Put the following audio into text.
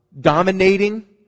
dominating